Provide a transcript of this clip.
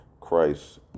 christ